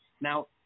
Now